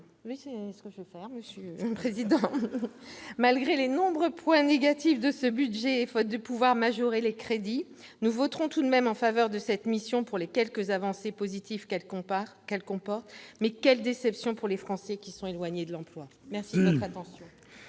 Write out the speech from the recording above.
faut conclure. Je m'y emploie, monsieur le président. Malgré les nombreux points négatifs de ce budget et faute de pouvoir majorer les crédits, nous voterons tout de même en faveur de cette mission, pour les quelques avancées qu'elle comporte. Mais quelle déception pour les Français éloignés de l'emploi ! La parole est